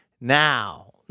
now